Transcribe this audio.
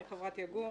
אני חברת יגור,